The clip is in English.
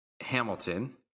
Hamilton